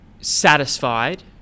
satisfied